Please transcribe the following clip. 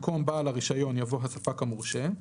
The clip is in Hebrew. במקום "בעל הרישיון" יבוא "הספק המורשה".